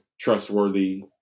trustworthy